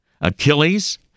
Achilles